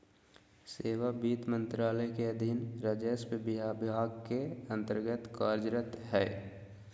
सेवा वित्त मंत्रालय के अधीन राजस्व विभाग के अन्तर्गत्त कार्यरत हइ